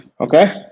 Okay